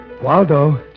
Waldo